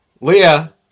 Leah